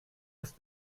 ist